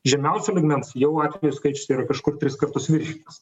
žemiausio lygmens jau atvejų skaičius yra kažkur tris kartus viršytas